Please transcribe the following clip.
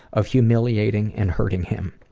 of humiliating and hurting him.